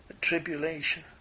tribulation